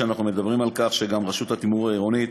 אנחנו מדברים על כך שרשות התמרור העירונית